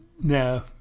No